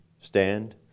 stand